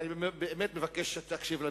ואני באמת מבקש שתקשיב למספרים.